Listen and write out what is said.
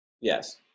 Yes